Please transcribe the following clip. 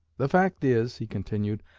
the fact is he continued,